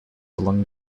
along